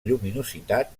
lluminositat